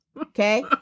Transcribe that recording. okay